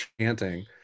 chanting